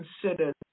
considered